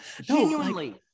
Genuinely